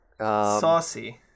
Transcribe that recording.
Saucy